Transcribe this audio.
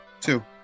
Two